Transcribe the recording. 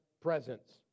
presence